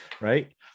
right